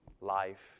Life